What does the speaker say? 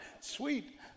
sweet